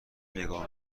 نگاه